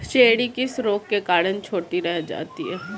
Cherry किस रोग के कारण छोटी रह जाती है?